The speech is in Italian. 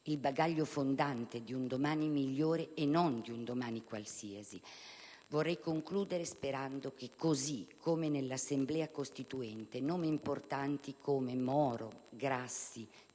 il bagaglio fondante di un domani migliore e non di un domani qualsiasi. Vorrei concludere sperando che, così come in Assemblea costituente nomi importanti come Moro, Grassi, Tupini,